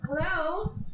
hello